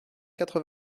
quatre